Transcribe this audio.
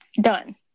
done